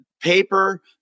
paper